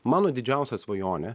mano didžiausia svajonė